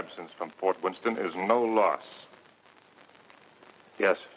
absence from fort winston is no loss yes